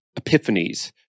epiphanies